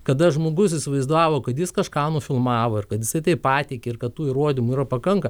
kada žmogus įsivaizdavo kad jis kažką nufilmavo ir kad jisai tai pateikia ir kad tų įrodymų yra pakanka